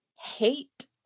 hate